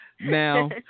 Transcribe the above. Now